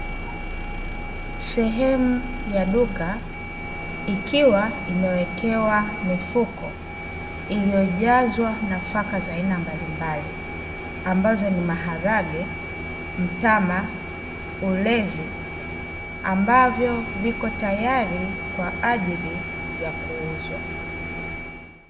Sehemu ya duka ikiwa imewekewa mifuko iliyojazwa nafaka za aina mbalimbali ambazo ni maharage, mtama, ulezi ambavyo viko tayari kwa ajili ya kuuzwa.